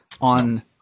on